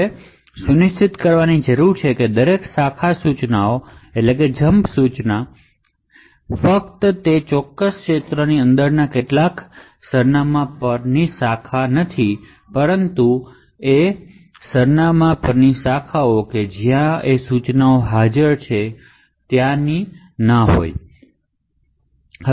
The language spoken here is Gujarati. આપણે ફક્ત એ જ સુનિશ્ચિત કરવાની જરૂર નથી કે દરેક બ્રાન્ચ ઇન્સટ્રકશન ફક્ત તે ક્ષેત્રની અંદરના કેટલાક ટાર્ગેટ સરનામા પર જ બ્રાન્ચ કરે પણ ટાર્ગેટ સરનામાં પર જ્યાં બ્રાન્ચ થાય ત્યાં લીગલ ઇન્સટ્રકશન હાજર છે તે પણ સુનિશ્ચિત કરવું પડે લીગલ ઇન્સટ્રકશન જેમ કે આ અને આ નહીં